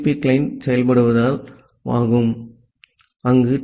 B client செயல்படுத்தல் ஆகும் அங்கு டி